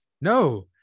no